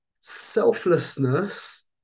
selflessness